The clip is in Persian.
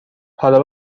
حالا